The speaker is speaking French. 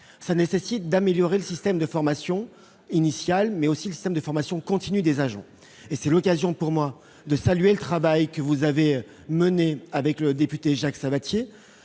Cela nécessite d'améliorer le système de formation initiale, mais aussi continue des agents. C'est l'occasion pour moi de saluer le travail que vous avez mené avec le député Jacques Savatier